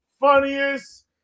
funniest